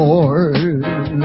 Lord